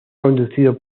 conducido